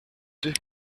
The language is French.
deux